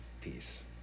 peace